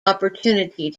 opportunity